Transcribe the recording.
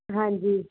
ਹਾਂਜੀ